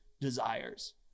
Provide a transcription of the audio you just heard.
desires